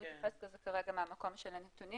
אני מתייחסת לזה כרגע מהמקום של הנתונים.